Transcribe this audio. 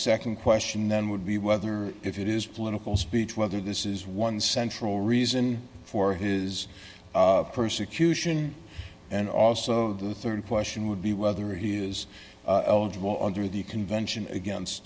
the nd question then would be whether if it is political speech whether this is one central reason for his persecution and also the rd question would be whether he is eligible under the convention against